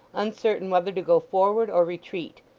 uncertain whether to go forward or retreat,